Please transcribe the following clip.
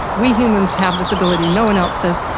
we humans have this ability, no-one else does,